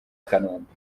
kanombe